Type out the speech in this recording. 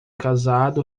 casado